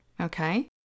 Okay